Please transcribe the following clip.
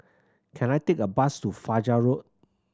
can I take a bus to Fajar Road